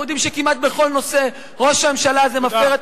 יודעים שכמעט בכל נושא ראש הממשלה הזה מפר,